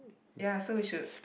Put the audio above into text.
ya so we should